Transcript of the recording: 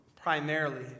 primarily